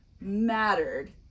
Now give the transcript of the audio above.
mattered